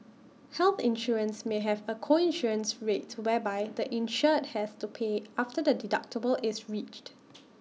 health insurance may have A co insurance rate whereby the insured has to pay after the deductible is reached